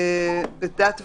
בדת וקבורה: